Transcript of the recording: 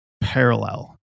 parallel